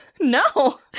no